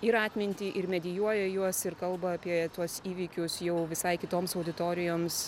ir atmintį ir medijuoja juos ir kalba apie tuos įvykius jau visai kitoms auditorijoms